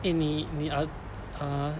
eh 你你 uh uh